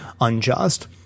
unjust